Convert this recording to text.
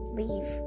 leave